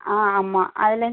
ஆ ஆமாம் அதில்